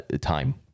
time